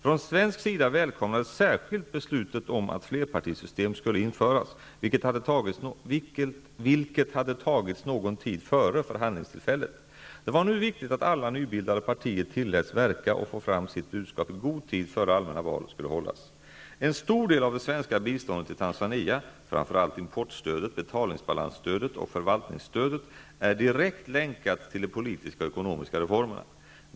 Från svensk sida välkomnades särskilt beslutet om att flerpartisystem skulle införas, vilket hade tagits någon tid före förhandlingstillfället. Det var nu viktigt att alla nybildade partier tilläts verka och få fram sitt budskap i god tid innan allmänna val skulle hållas. En stor del av det svenska biståndet till Tanzania, framför allt importstödet, betalningsbalansstödet och förvaltningsstödet, är direkt länkat till de politiska och ekonomiska reformerna.